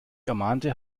ermahnte